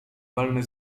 walne